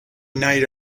night